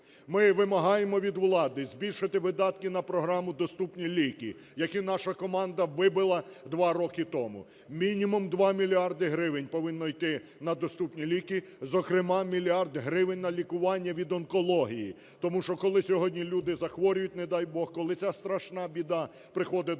Ми вимагаємо від влади збільшити видатки на програму "Доступні ліки", які наша команда вибила 2 роки тому. Мінімум 2 мільярди гривень повинні йти на "Доступні ліки", зокрема мільярд гривень на лікування від онкології. Тому що коли сьогодні люди захворюю, не дай Бог, коли ця страшна біда приходить